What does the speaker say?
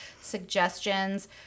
suggestions